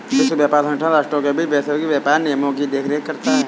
विश्व व्यापार संगठन राष्ट्रों के बीच वैश्विक व्यापार नियमों की देखरेख करता है